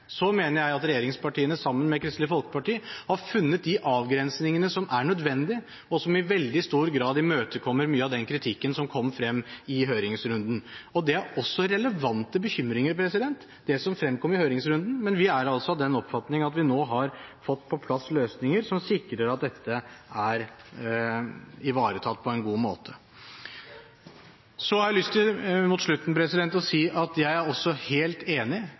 Så mener jeg at regjeringspartiene, sammen med Kristelig Folkeparti, har funnet de avgrensningene som er nødvendige, og som i veldig stor grad imøtekommer mye av den kritikken som kom frem i høringsrunden. Det som fremkom i høringsrunden er også relevante bekymringer, men vi er altså av den oppfatning at vi nå har fått på plass løsninger som sikrer at dette er ivaretatt på en god måte. Så har jeg, mot slutten, lyst til å si at jeg er også helt enig